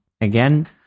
again